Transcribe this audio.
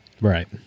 right